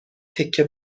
تکه